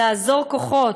לאזור כוחות,